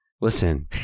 listen